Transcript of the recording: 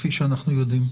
כפי שאנחנו יודעים.